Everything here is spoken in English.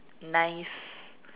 nice